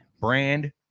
brand